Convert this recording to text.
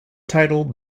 title